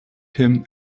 him